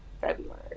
February